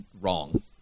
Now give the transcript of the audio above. wrong